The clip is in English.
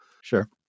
Sure